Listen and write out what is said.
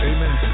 Amen